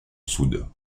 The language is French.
soude